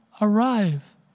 arrive